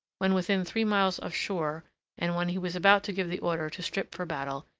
when within three miles of shore and when he was about to give the order to strip for battle,